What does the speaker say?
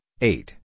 eight